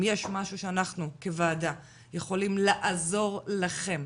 אם יש משהו שאנחנו כוועדה יכולים לעזור לכם,